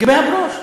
לגבי הברוש.